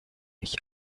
ich